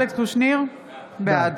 (קוראת בשם חבר הכנסת) אלכס קושניר, בעד